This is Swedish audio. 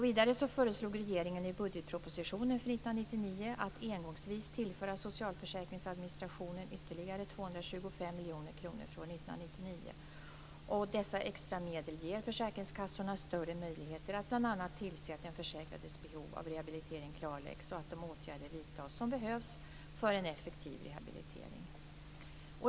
Vidare föreslog regeringen i budgetpropositionen för 1999 att engångsvis tillföra socialförsäkringsadministrationen ytterligare 225 miljoner kronor för år 1999. Dessa extra medel ger försäkringskassorna större möjligheter att bl.a. tillse att den försäkrades behov av rehabilitering klarläggs och att de åtgärder vidtas som behövs för en effektiv rehabilitering.